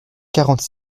quarante